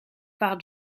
par